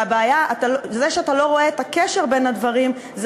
וזה שאתה לא רואה את הקשר בין הדברים זה